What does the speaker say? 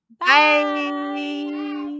Bye